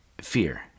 fear